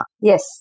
Yes